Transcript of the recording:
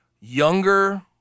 younger